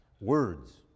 Words